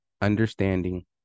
understanding